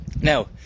now